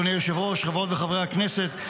אדוני היושב-ראש, חברות וחברי הכנסת,